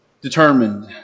determined